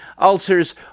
ulcers